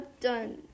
done